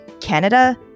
Canada